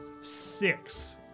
six